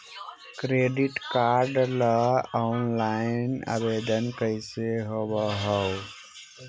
Credit card ल online आवेदन कैसे होब है?